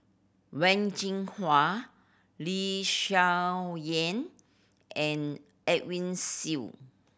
Wen Jinhua Lee Hsien Yang and Edwin Siew